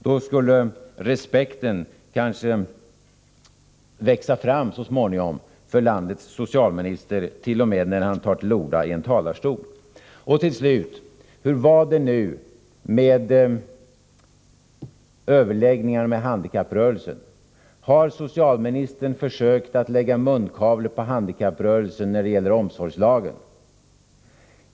Då skulle kanske så småningom respekten för landets socialminister växa fram, t.o.m. när han tar till orda i en talarstol. Till slut: Hur var det nu med överläggningarna med handikapprörelsen? Har socialministern försökt att lägga munkavle på handikapprörelsen när det gäller omsorgslagen?